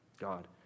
God